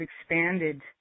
expanded